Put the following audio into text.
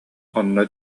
онно